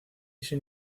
sin